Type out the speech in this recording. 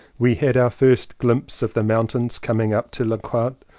we had our first glimpse of the mountains coming up to landquart,